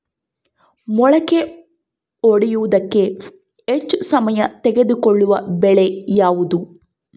ಮೊಳಕೆ ಒಡೆಯುವಿಕೆಗೆ ಹೆಚ್ಚು ಸಮಯ ತೆಗೆದುಕೊಳ್ಳುವ ಬೆಳೆ ಯಾವುದು?